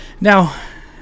Now